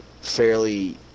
fairly